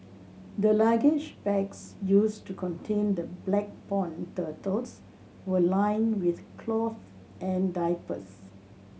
the luggage bags used to contain the black pond turtles were lined with cloth and diapers